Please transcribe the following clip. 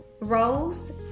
Rose